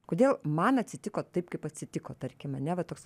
kodėl man atsitiko taip kaip atsitiko tarkim ane va toks